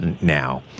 now